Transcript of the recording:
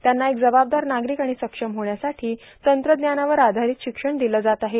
त्यांना एक जबाबदार नार्गारक आर्गाण सक्षम होण्यासाठो तंत्रज्ञानावर आर्धारत शिक्षण दिलं जात आहे